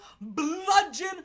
bludgeon